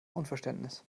unverständnis